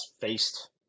faced